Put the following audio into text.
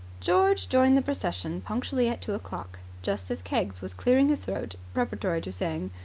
george joined the procession punctually at two o'clock, just as keggs was clearing his throat preparatory to saying,